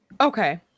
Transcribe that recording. okay